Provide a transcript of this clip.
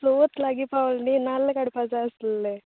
चवथ लागीं पावली नी नाल्ल काडपा जाय आसले